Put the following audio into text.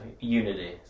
unity